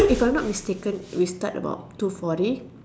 if I am not mistaken we start about two forty